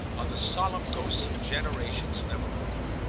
are the solemn ghosts of generations never born.